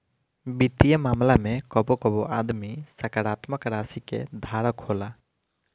वित्तीय मामला में कबो कबो आदमी सकारात्मक राशि के धारक होला